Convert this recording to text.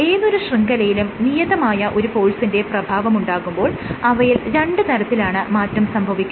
ഏതൊരു ശൃംഖലയിലും നിയതമായ ഒരു ഫോഴ്സിന്റെ പ്രഭാവമുണ്ടാകുമ്പോൾ അവയിൽ രണ്ട് തരത്തിലാണ് മാറ്റം സംഭവിക്കുന്നത്